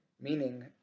meaning